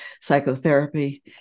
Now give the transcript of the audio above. psychotherapy